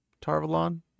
Tarvalon